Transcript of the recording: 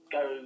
go